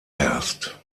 erst